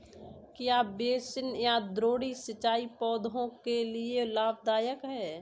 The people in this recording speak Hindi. क्या बेसिन या द्रोणी सिंचाई पौधों के लिए लाभदायक है?